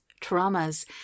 traumas